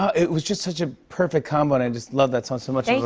it was just such a perfect combo and i just love that song so much.